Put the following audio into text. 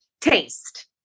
taste